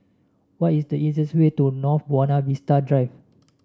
what is the easiest way to North Buona Vista Drive